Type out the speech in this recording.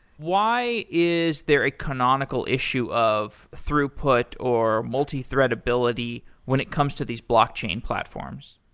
why is there a canonical issue of throughput or multithread ability when it comes to these blockchain platforms?